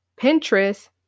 Pinterest